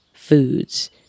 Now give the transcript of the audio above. foods